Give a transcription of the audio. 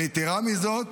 ויתרה מזאת,